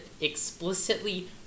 explicitly